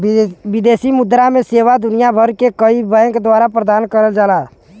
विदेशी मुद्रा सेवा दुनिया भर के कई बैंक द्वारा प्रदान करल जाला